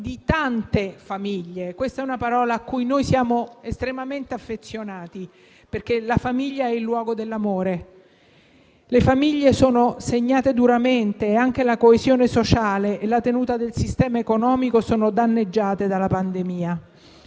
di tante famiglie: questa è una parola cui noi siamo estremamente affezionati, perché la famiglia è il luogo dell'amore. Le famiglie sono segnate duramente e anche la coesione sociale e la tenuta del sistema economico sono danneggiate dalla pandemia.